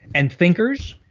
and thinkers.